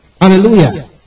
Hallelujah